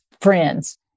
friends